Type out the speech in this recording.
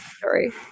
Sorry